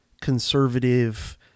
conservative